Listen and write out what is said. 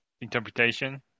interpretation